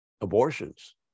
abortions